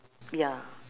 ya